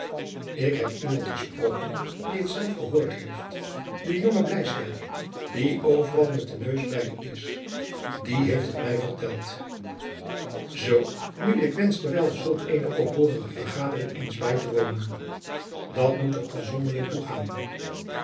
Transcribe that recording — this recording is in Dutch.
ik heb iemand gesproken die t zelf gehoord heeft den jongen bleiswyck die overal met den neus bij is die heeft het mij verteld zoo nu ik wenschte wel zulk eene oproerige vergadering eens bij te wonen dat moet er al zonderling toegaan